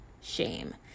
shame